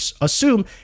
assume